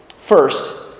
First